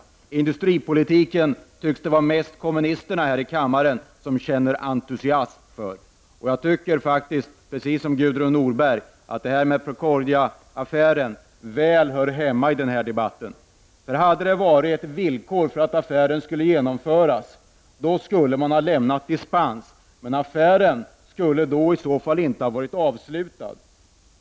Det tycks inom industripolitiken mest vara kommunisterna här i kammaren som känner entusiasm. Precis som Gudrun Norberg anser jag att Procordia-affären väl hör hemma i den här debatten. Hade det funnits villkor för genomförandet av affären skulle man ha lämnat dispens. Men affären skulle i så fall inte ha varit avslutad.